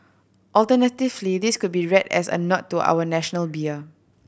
alternatively this could be read as a nod to our national beer